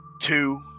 Two